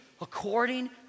according